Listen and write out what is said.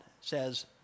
says